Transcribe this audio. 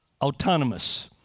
Autonomous